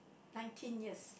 nineteen years